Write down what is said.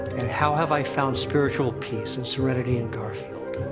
and how have i found spiritual peace and serenity in garfield?